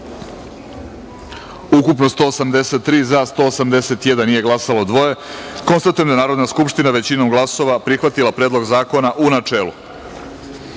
ukupno – 183, za – 181, nije glasalo – dvoje. Konstatujem da je Narodna skupština većinom glasova prihvatila Predlog zakona, u